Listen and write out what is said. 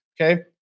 okay